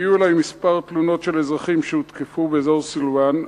הגיעו אלי כמה תלונות של אזרחים שהותקפו באזור סילואן,